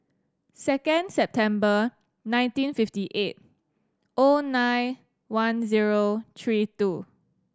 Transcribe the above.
second September nineteen fifty eight O nine one zero three two